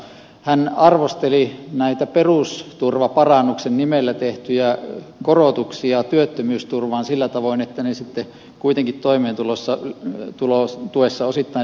hän arvosteli näitä perusturvaparannuksen nimellä tehtyjä korotuksia työttömyysturvaan sillä tavoin että ne sitten kuitenkin toimeentulotuessa osittain leikkautuvat